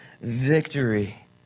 victory